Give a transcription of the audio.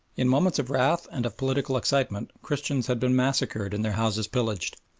in moments of wrath and of political excitement christians had been massacred and their houses pillaged,